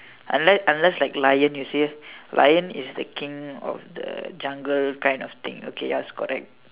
unless unless like lion you see lion is the King of the jungle kind of thing okay ya is correct